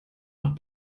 noch